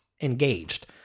engaged